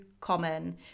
common